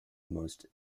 most